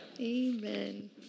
Amen